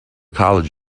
college